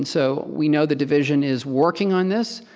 and so we know the division is working on this,